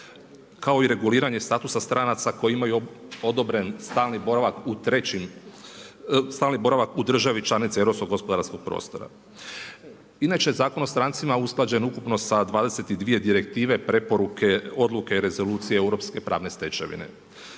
kao i reguliranje statusa stranca koji imaju odobren stalni boravak u državi članici Europskog gospodarskog prostora. Inače je Zakon o strancima usklađen ukupno sa 22 direktive, preporuke, odluke i rezolucije europske pravne stečevine.